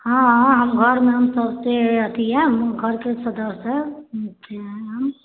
हँ हम घरमे अथि घर के सदस्य है